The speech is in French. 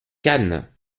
cannes